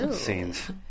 scenes